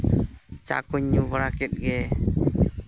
ᱪᱟ ᱠᱩᱧ ᱧᱩ ᱵᱟᱲᱟᱠᱮᱫ ᱜᱮ